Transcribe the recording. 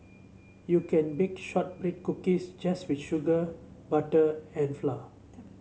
you can bake shortbread cookies just with sugar butter and flour